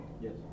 Yes